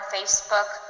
Facebook